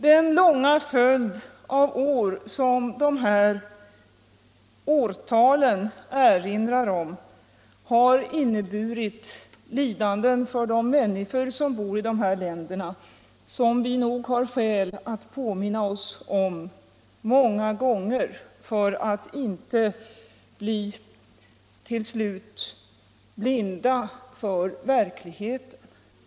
Den långa följd av år som de här ”jubileerna” erinrar om har inneburit outsägliga lidanden för de människor som bor i dessa länder, lidanden som vi nog har skäl att påminna oss många gånger för att inte till slut bli blinda för verkligheten.